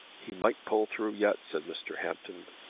he might pull through yet, said mr. hampton.